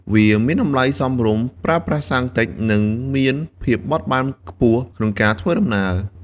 វាមានតម្លៃសមរម្យ ប្រើប្រាស់សាំងតិចនិងមានភាពបត់បែនខ្ពស់ក្នុងការធ្វើដំណើរ។